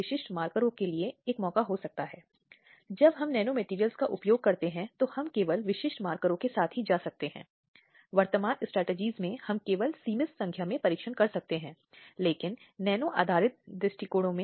persistent vegetative state persistent vegetative state एक गंभीर स्थिति है जो जीवन को बनाए रखने की क्षमता को संरक्षित करती है लेकिन संज्ञानात्मक कार्य नहीं